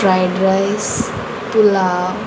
fried rice pulao